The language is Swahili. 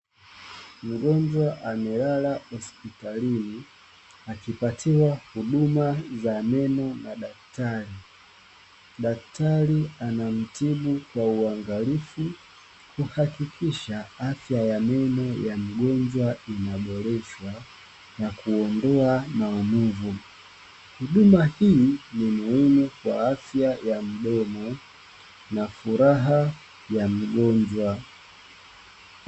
Mgonjwa amelala hospitalini, akipatiwa huduma za meno na daktari. Daktari anamtibu kwa uangalifu, kuhakikisha afya ya meno ya mgonjwa inaboreshwa na kuondoa maumivu. Huduma hii ni muhimu kwa afya ya mdomo, na furaha ya mgonjwa.